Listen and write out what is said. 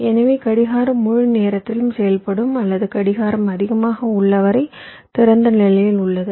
எனவே கடிகாரம் முழு நேரத்திலும் செயல்படும் அல்லது கடிகாரம் அதிகமாக உள்ள வரை திறந்த நிலையில் உள்ளது